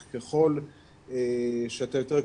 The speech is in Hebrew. גם אם הם רוצים